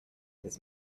his